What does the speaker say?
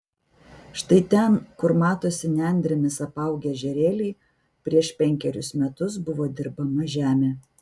štai ten kur matosi nendrėmis apaugę ežerėliai prieš penkerius metus buvo dirbama žemė